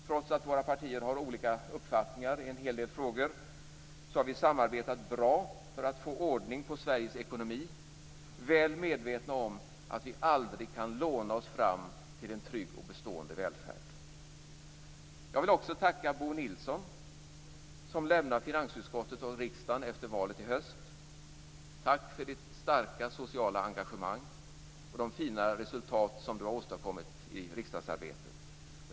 Trots att våra partier har olika uppfattningar i en hel del frågor har vi samarbetat bra för att få ordning på Sveriges ekonomi, väl medvetna om att vi aldrig kan låna oss fram till en trygg och bestående välfärd. Jag vill också tacka Bo Nilsson, som lämnar finansutskottet och riksdagen efter valet i höst. Tack för ditt starka sociala engagemang och de fina resultat som du har åstadkommit i riksdagsarbetet!